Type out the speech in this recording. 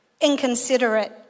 inconsiderate